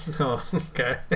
okay